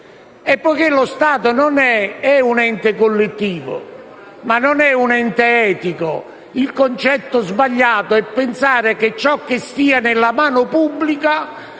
Poiché lo Stato è un ente collettivo, ma non un ente etico, il concetto sbagliato è pensare che ciò che sia nella mano pubblica